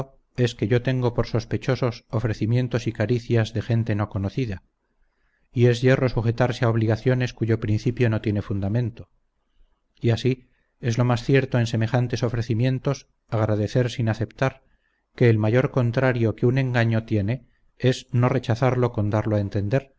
es que yo tengo por sospechosos ofrecimientos y caricias de gente no conocida y es yerro sujetarse a obligaciones cuyo principio no tiene fundamento y así es lo más cierto en semejantes ofrecimientos agradecer sin aceptar que el mayor contrario que un engaño tiene es no rechazarlo con darlo a entender